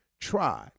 try